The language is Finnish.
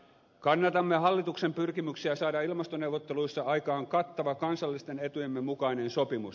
kannatamme hallituksen pyrkimyksiä saada ilmastoneuvotteluissa aikaan kattava kansallisten etujemme mukainen sopimus